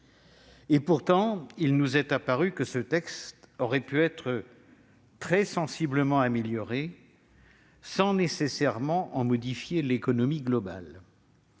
Et pourtant, il nous est apparu que ce texte aurait pu être très sensiblement amélioré sans nécessairement en modifier l'économie globale.